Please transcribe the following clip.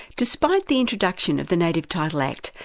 despite the introduction of the native title act,